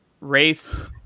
race